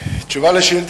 לשאול: